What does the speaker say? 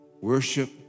worship